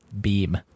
beam